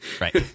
Right